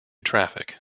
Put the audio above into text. traffic